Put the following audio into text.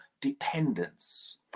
dependence